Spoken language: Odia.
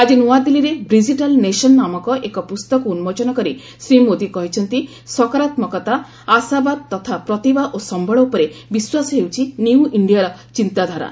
ଆଜି ନୂଆଦିଲ୍ଲୀରେ 'ବ୍ରିଜିଟାଲ ନେସନ୍' ନାମକ ଏକ ପୁସ୍ତକ ଉନ୍ମୋଚନ କରି ଶ୍ରୀ ମୋଦୀ କହିଛନ୍ତି ସକାରତ୍ମକତା ଆଶାବାଦ ତଥା ପ୍ରତିଭା ଓ ସମ୍ବଳ ଉପରେ ବିଶ୍ୱାସ ହେଉଛି ନ୍ୟୁ ଇଣ୍ଡିଆର ଚିନ୍ତାଧାରା